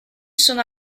sono